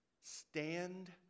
stand